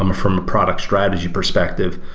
um from product strategy perspective.